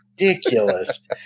ridiculous